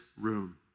room